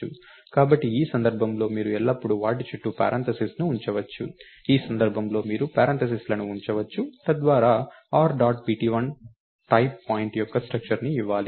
కాబట్టి ఈ సందర్భంలో మీరు ఎల్లప్పుడూ వాటి చుట్టూ పారాన్తసిస్ ను ఉంచవచ్చు ఈ సందర్భంలో మీరు పారాన్తసిస్లను ఉంచవచ్చు తద్వారా r dot pt1 type point యొక్క స్ట్రక్టర్ ని ఇవ్వాలి